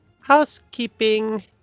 housekeeping